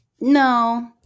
No